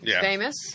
famous